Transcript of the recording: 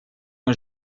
und